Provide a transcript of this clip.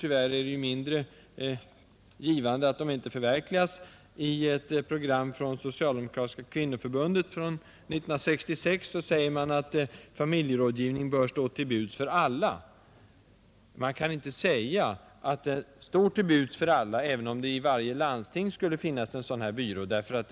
Det tråkiga är bara att de inte förverkligas. I ett program från Socialdemokratiska kvinnoförbundet av år 1966 sägs att familjerådgivning bör stå till buds för alla. Nu kan man inte påstå att den gör det även om det i varje landsting skulle finnas en familjerådgivningsbyrå.